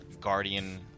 Guardian